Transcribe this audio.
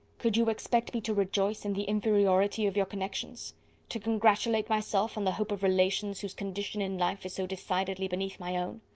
could you expect me to rejoice in the inferiority of your connections to congratulate myself on the hope of relations, whose condition in life is so decidedly beneath my own?